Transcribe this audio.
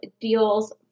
deals